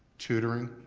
tutoring,